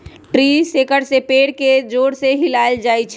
tree shaker से पेड़ के जोर से हिलाएल जाई छई